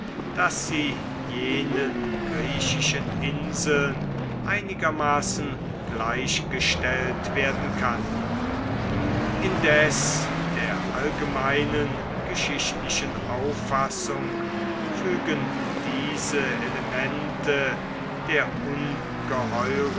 daß sie jenen griechischen inseln einigermaßen gleichgestellt werden kann indes der allgemeinen geschichtlichen auffassung fügen diese elemente der